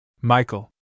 Michael